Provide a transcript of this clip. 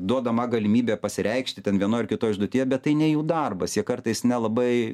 duodama galimybė pasireikšti ten vienoj ar kitoj užduotyje bet tai ne jų darbas jie kartais nelabai